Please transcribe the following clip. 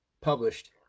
published